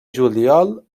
juliol